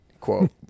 quote